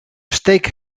steek